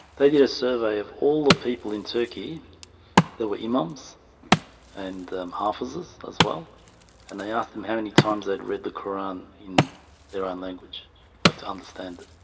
they did a survey of all the people in turkey there were imams and offices as well and i asked him how many times they'd read the koran in their own language like to understand